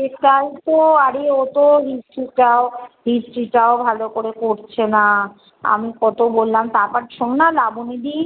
সেটাই তো আরে ও তো হিস্ট্রিটাও হিস্ট্রিটাও ভালো করে পড়ছে না আমি কত বললাম তারপর শোনো না লাবনী দি